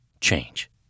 change